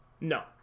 No